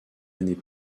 années